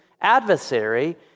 adversary